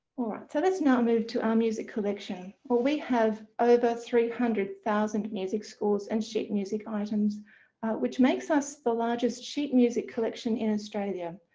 all right, so let's now move to our music collection. well we have over three hundred thousand music scores and sheet music items which makes us the largest sheet music collection in australia.